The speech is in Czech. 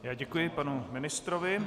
Já děkuji panu ministrovi.